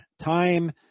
time